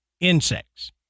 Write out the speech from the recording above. insects